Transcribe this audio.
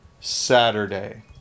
Saturday